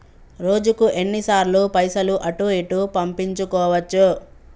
రోజుకు ఎన్ని సార్లు పైసలు అటూ ఇటూ పంపించుకోవచ్చు?